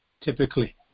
typically